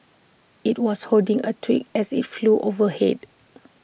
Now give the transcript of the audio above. IT was holding A twig as IT flew overhead